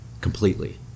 Completely